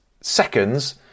seconds